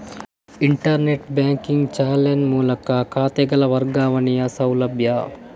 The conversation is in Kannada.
ಇಂಟರ್ನೆಟ್ ಬ್ಯಾಂಕಿಂಗ್ ಚಾನೆಲ್ ಮೂಲಕ ಖಾತೆಗಳ ವರ್ಗಾವಣೆಯ ಸೌಲಭ್ಯ